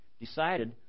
decided